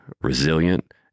resilient